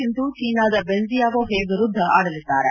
ಸಿಂಧು ಚೀನಾದ Bingjiao He ವಿರುದ್ದ ಆಡಲಿದ್ದಾರೆ